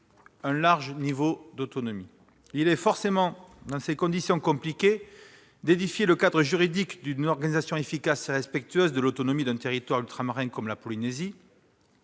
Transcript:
un large niveau d'autonomie. Il est forcément compliqué d'édifier le cadre juridique d'une organisation efficace et respectueuse de l'autonomie d'un territoire ultramarin comme la Polynésie